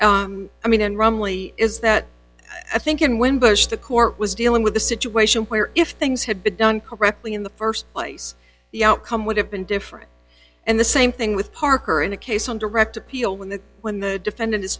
e i mean rumley is that i think in winbush the court was dealing with a situation where if things had been done correctly in the st place the outcome would have been different and the same thing with parker in a case on direct appeal when the when the defendant is